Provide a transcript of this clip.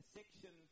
section